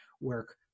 work